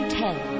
tell